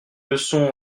leçon